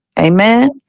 Amen